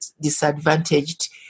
disadvantaged